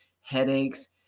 headaches